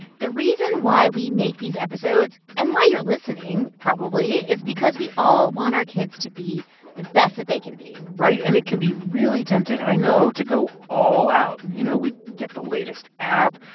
the reason why we make these episodes and why you're listening probably is because we all want our kids to be the best that they can be right? and it can be really tempting i know to go all out. you know, we get the latest app,